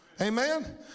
Amen